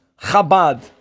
Chabad